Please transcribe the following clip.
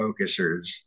focusers